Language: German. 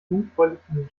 jungfräulichen